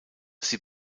sie